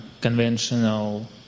conventional